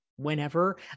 whenever